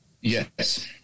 Yes